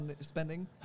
spending